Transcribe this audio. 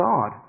God